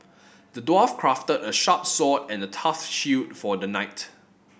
the dwarf crafted a sharp sword and a tough shield for the knight